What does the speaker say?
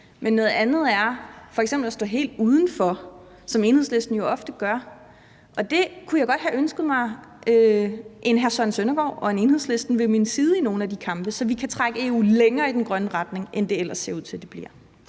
ting, noget andet er f.eks. at stå helt udenfor, hvilket Enhedslisten jo ofte gør, og der kunne jeg godt have ønsket mig en hr. Søren Søndergaard og Enhedslisten ved min side i nogle af de kampe, så vi kunne trække EU længere i den grønne retning, end det ellers ser ud til det bliver.